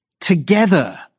together